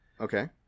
Okay